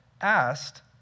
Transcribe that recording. asked